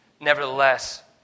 Nevertheless